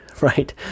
right